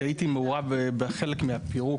כי הייתי מעורב בחלק מהפירוק.